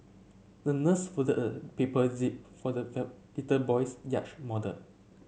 the nurse folded paper jib for the little boy's yacht model